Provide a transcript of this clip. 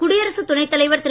குடியரசுத் துணைத் தலைவர் திரு